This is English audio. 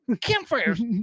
campfires